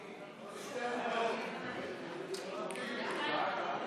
להעביר את הנושא לוועדה לא